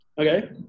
Okay